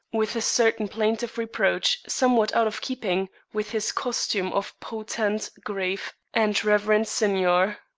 with a certain plaintive reproach somewhat out of keeping with his costume of potent, grave, and reverend signior.